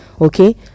okay